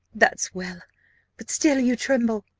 that's well but still you tremble.